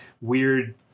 weird